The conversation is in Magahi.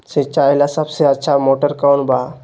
सिंचाई ला सबसे अच्छा मोटर कौन बा?